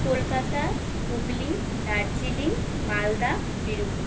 Kolkata Hooghly Darjeeling Malda Birbhum